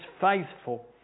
faithful